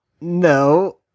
No